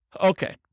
Okay